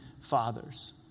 fathers